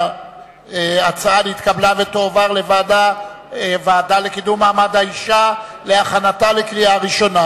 שההצעה נתקבלה ותועבר לוועדה לקידום מעמד האשה להכנתה לקריאה ראשונה.